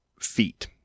Feet